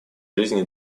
жизни